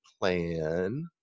plan